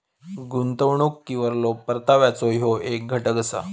गुंतवणुकीवरलो परताव्याचो ह्यो येक घटक असा